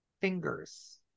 fingers